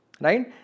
right